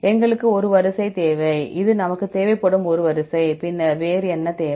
எங்களுக்கு ஒரு வரிசை தேவை இது நமக்குத் தேவைப்படும் ஒரு வரிசை பின்னர் நமக்கு வேறு என்ன தேவை